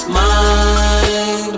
mind